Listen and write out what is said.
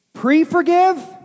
Pre-forgive